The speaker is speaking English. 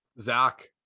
Zach